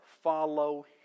follow